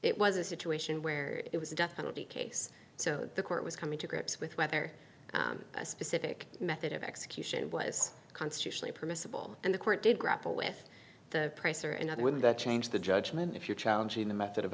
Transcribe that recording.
it was a situation where it was a death penalty case so the court was coming to grips with whether a specific method of execution was constitutionally permissible and the court did grapple with the price or another will that change the judgment if you're challenging the method of